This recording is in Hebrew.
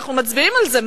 ואנחנו מצביעים על זה,